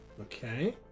okay